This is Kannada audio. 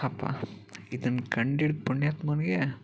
ಅಪ್ಪ ಇದನ್ನು ಕಂಡು ಹಿಡಿದು ಪುಣ್ಯಾತ್ಮನಿಗೆ